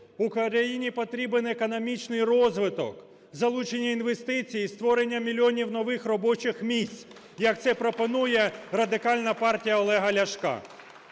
Україні потрібен економічний розвиток, залучення інвестицій і створення мільйонів нових робочих місць, як це пропонує Радикальна партія Олега Ляшка.